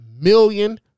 million